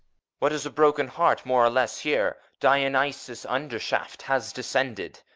what is a broken heart more or less here? dionysos undershaft has descended.